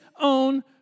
own